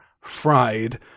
fried